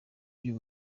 by’u